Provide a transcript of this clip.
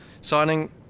signing